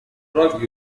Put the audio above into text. drug